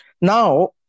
Now